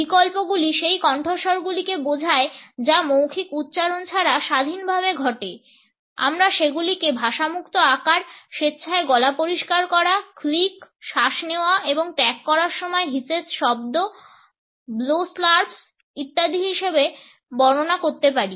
বিকল্পগুলি সেই কণ্ঠস্বরগুলিকে বোঝায় যা মৌখিক উচ্চারণ ছাড়া স্বাধীনভাবে ঘটে আমরা সেগুলিকে ভাষামুক্ত আকার স্বেচ্ছায় গলা পরিষ্কার করা ক্লিক শ্বাস নেওয়া এবং ত্যাগ করার সময়ের হিসেস্ শব্দ ব্লো স্লার্পস ইত্যাদি হিসাবে বর্ণনা করতে পারি